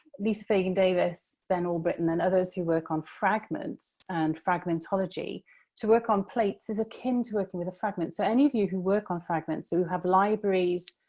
lisa fagin davis, ben albritton, and others who work on fragments and fragmentology to work on plates is akin to working with a fragment. so, any of you who work on fragments, who have libraries